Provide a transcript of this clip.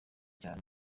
cyane